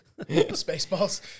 Spaceballs